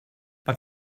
but